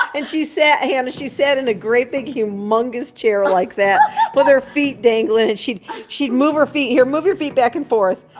and she sat, hannah, she sat in a great big humongous chair like that with her feet danglin' and she'd she'd move her feet. here, move your feet back and forth.